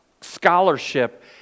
scholarship